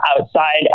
outside